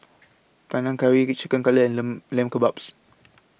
Panang Curry Chicken Cutlet and Lamb Lamb Kebabs